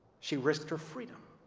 she risked her freedom,